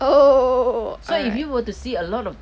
oh alright